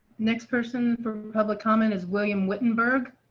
next person public comment is william wittenberg